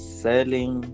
selling